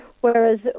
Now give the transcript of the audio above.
whereas